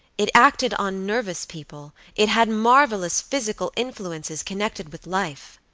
it acted on nervous people, it had marvelous physical influences connected with life.